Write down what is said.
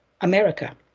America